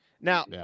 Now